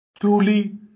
truly